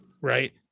right